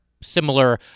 similar